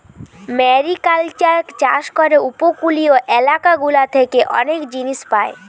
mariculture চাষ করে উপকূলীয় এলাকা গুলা থেকে অনেক জিনিস পায়